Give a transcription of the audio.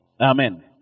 Amen